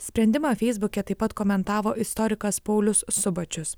sprendimą feisbuke taip pat komentavo istorikas paulius subačius